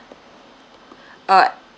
uh